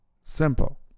simple